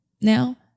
now